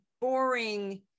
boring